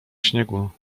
śniegu